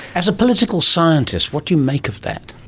as a political scientist, what do you make of that?